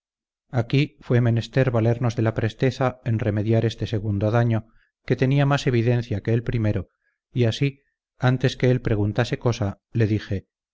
aquí fué menester valernos de la presteza en remediar este segundo daño que tenía más evidencia que el primero y así antes que él preguntase cosa le dije